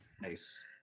Nice